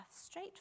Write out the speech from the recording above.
straight